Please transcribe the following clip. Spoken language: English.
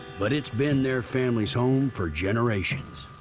but it's been their family's home for generations.